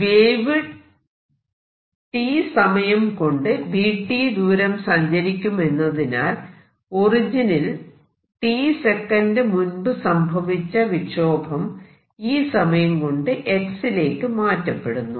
wave t സമയം കൊണ്ട് vt ദൂരം സഞ്ചരിക്കുമെന്നതിനാൽ ഒറിജിനിൽ t സെക്കന്റ് മുൻപ് സംഭവിച്ച വിക്ഷോഭം ഈ സമയം കൊണ്ട് x ലേക്ക് മാറ്റപ്പെടുന്നു